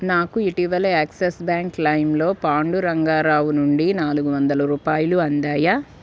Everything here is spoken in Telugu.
నాకు ఇటీవల యాక్సెస్ బ్యాంక్ క్లయిమ్లో పాండురంగారావు నుండి నాలుగు వందల రూపాయలు అందాయా